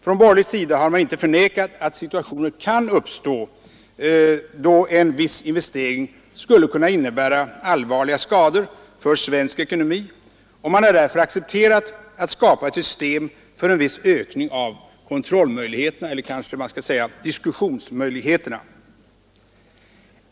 Från borgerlig sida har man inte förnekat att situationer kan uppstå då en viss investering skulle kunna innebära allvarliga skador för svensk ekonomi, och man har därför accepterat att skapa ett system för en viss ökning av kontrollmöjligheterna — eller kanske jag skall säga diskussionsmöjligheterna.